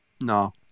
no